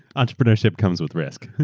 entrepreneurship comes with risk.